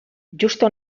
justa